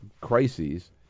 crises